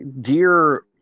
dear